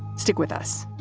stick with us